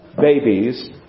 babies